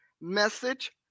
Message